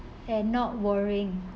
and not worrying